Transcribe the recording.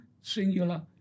singular